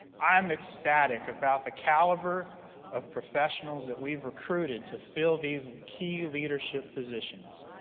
i am ecstatic about the caliber of professionals that we've recruited to fill these key leadership positions.